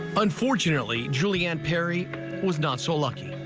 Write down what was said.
unfortunately julianne perry was not so lucky.